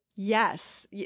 Yes